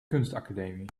kunstacademie